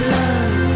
love